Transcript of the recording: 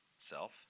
self